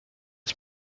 ist